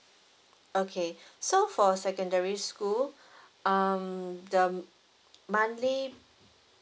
okay so for secondary school um the monthly